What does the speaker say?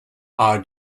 are